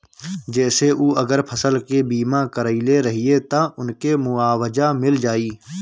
जेसे उ अगर फसल के बीमा करइले रहिये त उनके मुआवजा मिल जाइ